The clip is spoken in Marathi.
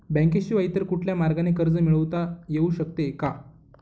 बँकेशिवाय इतर कुठल्या मार्गाने कर्ज मिळविता येऊ शकते का?